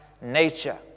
nature